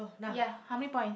ya how many point